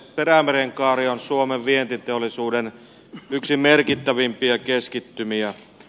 perämerenkaari on suomen vientiteollisuuden yksi merkittävimpiä keskittymiä